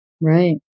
Right